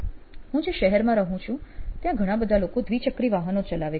હું જે શહેરમાં રહુ છું ત્યાં ઘણા બધા લોકો દ્વિચક્રી વાહનો ચલાવે છે